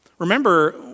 Remember